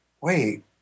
wait